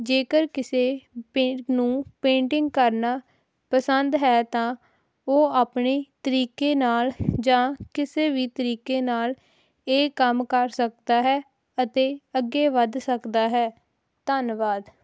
ਜੇਕਰ ਕਿਸੇ ਪੇਂਟ ਨੂੰ ਪੇਂਟਿੰਗ ਕਰਨਾ ਪਸੰਦ ਹੈ ਤਾਂ ਉਹ ਆਪਣੇ ਤਰੀਕੇ ਨਾਲ ਜਾਂ ਕਿਸੇ ਵੀ ਤਰੀਕੇ ਨਾਲ ਇਹ ਕੰਮ ਕਰ ਸਕਦਾ ਹੈ ਅਤੇ ਅੱਗੇ ਵੱਧ ਸਕਦਾ ਹੈ ਧੰਨਵਾਦ